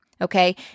okay